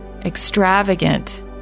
extravagant